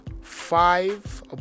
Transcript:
five